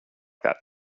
that